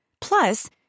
Plus